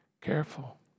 careful